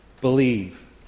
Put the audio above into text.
believe